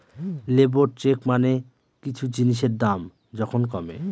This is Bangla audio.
লেবর চেক মানে কিছু জিনিসের দাম যখন কমে